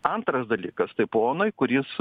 antras dalykas tai ponui kuris